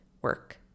work